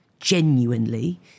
genuinely